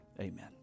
Amen